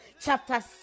chapter